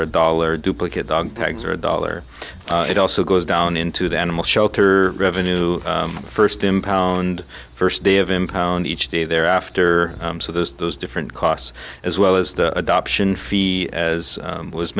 or a dollar duplicate dog tags or a dollar it also goes down into the animal shelter revenue first impound first day of impound each day thereafter so there's those different costs as well as the adoption fee as